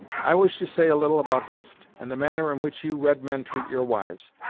i wish to say a little about hist, and the manner in which you red men treat your wives.